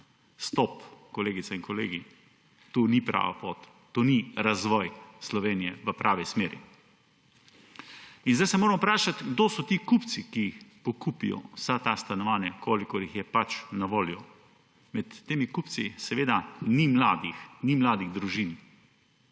Stop, kolegice in koleg, to ni prava pot, to ni razvoj Slovenije v pravi smeri. In zdaj se moramo vprašati, kdo so ti kupci, ki pokupijo vsa ta stanovanja, kolikor jih je pač na voljo. Med temi kupci seveda ni mladih, ni mladih družin.